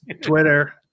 Twitter